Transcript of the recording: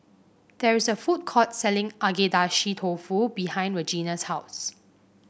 there is a food court selling Agedashi Dofu behind Regina's house